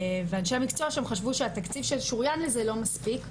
אנשי המקצוע חשבו שהתקציב ששוריין לזה הוא לא מספיק,